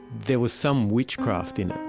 there was some witchcraft in it.